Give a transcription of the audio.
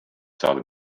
saada